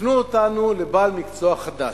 הפנו אותנו לבעל מקצוע חדש,